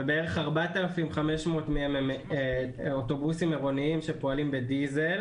ובערך 4,500 מהם הם אוטובוסים עירוניים שפועלים בדיזל,